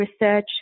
research